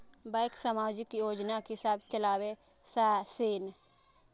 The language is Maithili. बैंक समाजिक योजना की सब चलावै छथिन?